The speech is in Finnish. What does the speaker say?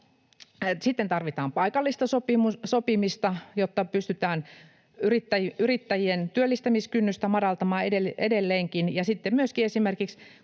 Sitten tarvitaan paikallista sopimista, jotta pystytään yrittäjien työllistämiskynnystä madaltamaan edelleenkin.